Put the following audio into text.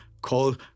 called